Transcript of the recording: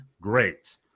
great